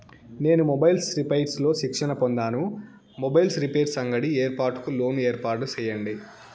నేను mobiles repairs లో శిక్షణ పొందాను, మొబైల్ రిపైర్స్ అంగడి ఏర్పాటుకు లోను ఏర్పాటు సేయండి?